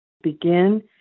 begin